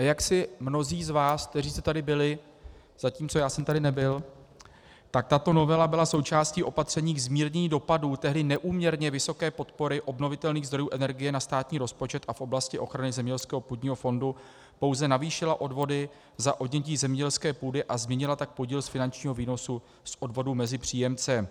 A jaksi pro mnohé z vás, kteří jste tady byli, zatímco já jsem tady nebyl, tak tato novela byla součástí opatření ke zmírnění dopadů tehdy neúměrně vysoké podpory obnovitelných zdrojů energie na státní rozpočet a v oblasti ochrany zemědělského půdního fondu pouze navýšila odvody za odnětí zemědělské půdy, a změnila tak podíl z finančního výnosu z odvodu mezi příjemce.